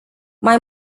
mai